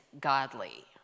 godly